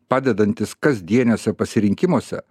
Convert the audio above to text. padedantis kasdieniuose pasirinkimuose